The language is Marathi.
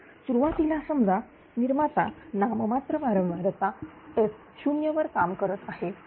तर सुरुवातीला समजा निर्माता नाममात्र वारंवारताfo वर काम करत आहे